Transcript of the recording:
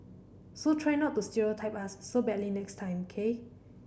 so try not to stereotype us so badly next time K